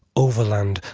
overland,